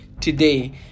today